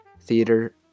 Theater